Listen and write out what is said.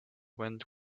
went